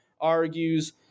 argues